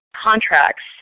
contracts